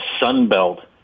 sunbelt